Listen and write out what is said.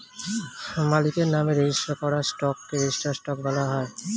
মালিকের নামে রেজিস্টার করা স্টককে রেজিস্টার্ড স্টক বলা হয়